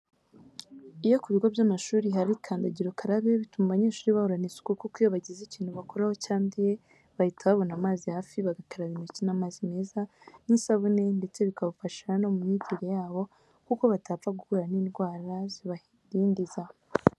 Iyo ku bigo by'amashuri hari kandagira ukarabe bituma abanyeshuri bahorana isuku kuko iyo bagize ikintu bakoraho cyanduye, bahita babona amazi hafi bagakaraba intoki n'amazi meza n'isabune ndetse bikabafasha no mu myigire yabo kuko batapfa guhura n'indwara zibadindiza.